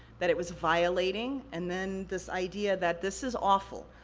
that it was violating, and then this idea that this is awful,